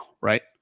right